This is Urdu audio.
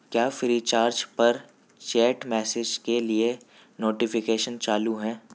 کیا فری چارج پر چیٹ میسج کے لیے نوٹیفیکیشن چالو ہیں